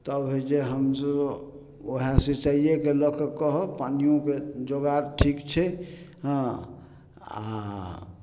तब हइ जे हमरो वएह सिचाइयेके लअ कऽ कहब पानियोके जोगार ठीक छै हँ आ